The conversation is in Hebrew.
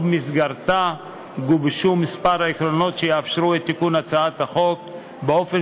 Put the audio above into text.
ובמסגרתה גובשו כמה עקרונות שיאפשרו את תיקון הצעת החוק באופן